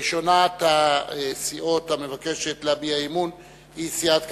ראשונת הסיעות המבקשת להביע אי-אמון היא סיעת קדימה,